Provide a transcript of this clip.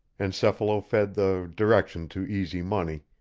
encephalo-fed the direction to easy money,